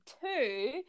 two